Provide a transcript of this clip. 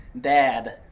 dad